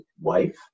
wife